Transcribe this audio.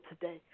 today